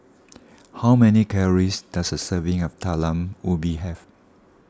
how many calories does a serving of Talam Ubi have